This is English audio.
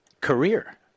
career